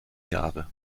jahre